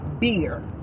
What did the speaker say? beer